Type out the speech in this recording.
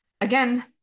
Again